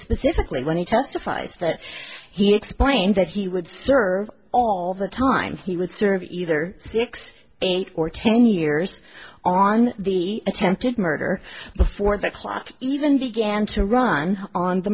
specifically when he testifies that he explained that he would serve all the time he would serve either six eight or ten years on the attempted murder before the class even began to run on the